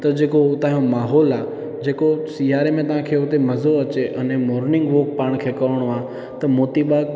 त हुतां जो जेको माहौल आहे जेको सियारे में उते तव्हां खे मज़ो थो अचे अने मोर्निंग वॉक पाण खे करिणो आहे त मोतीबाग